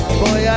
boy